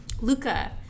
Luca